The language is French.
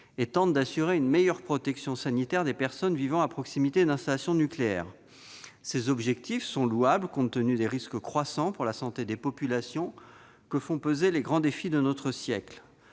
et tend à assurer une meilleure protection sanitaire des personnes vivant à proximité d'installations nucléaires. Ces objectifs sont louables, compte tenu des risques croissants pour la santé des populations que font peser les grands défis de notre siècle.